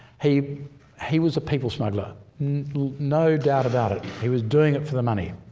he he was a people smuggler no doubt about it, he was doing it for the money,